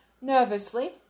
nervously